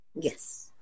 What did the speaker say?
Yes